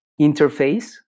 interface